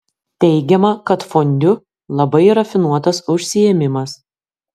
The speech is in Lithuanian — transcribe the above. teigiama kad fondiu labai rafinuotas užsiėmimas